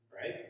right